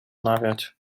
mawiać